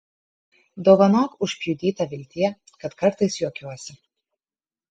dovanok užpjudyta viltie kad kartais juokiuosi